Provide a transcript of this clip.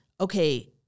okay